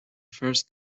first